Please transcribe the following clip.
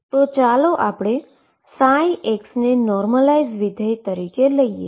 તો ચાલો આપણે ψને નોર્મલાઇઝ ફંક્શન તરીકે લઈએ